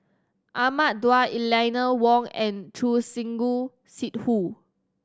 Ahmad Daud Eleanor Wong and Choor Singh Sidhu